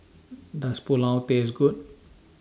Does Pulao Taste Good